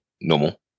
normal